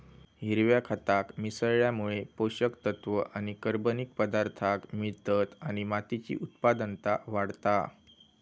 हिरव्या खताक मिसळल्यामुळे पोषक तत्त्व आणि कर्बनिक पदार्थांक मिळतत आणि मातीची उत्पादनता वाढता